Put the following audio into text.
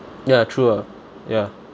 ya true ah ya